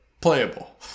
playable